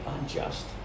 unjust